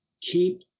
keep